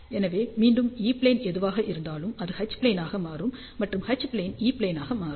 எனவே மீண்டும் E plane எதுவாக இருந்தாலும் அது எச் ப்ளேனாக மாறும் மற்றும் எச் ப்ளேன் ஈ ப்ளேன் ஆக மாறும்